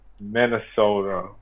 Minnesota